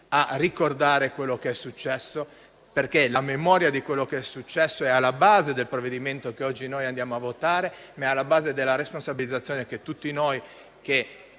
a ricordare quello che è successo. La memoria di quanto è accaduto, infatti, è alla base del provvedimento che oggi noi andiamo a votare, ma anche della responsabilizzazione che tutti noi che